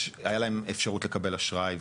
יש, הייתה להם אפשרות לקבל אשראי וכו'.